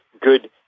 good